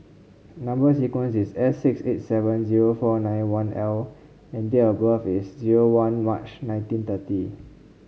number sequence is S six eight seven zero four nine one L and date of birth is zero one March nineteen thirty